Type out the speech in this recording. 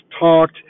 talked